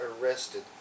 arrested